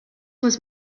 was